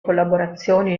collaborazioni